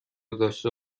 داشته